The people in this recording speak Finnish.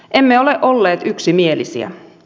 emme ole olleet yksimielisiä